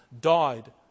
died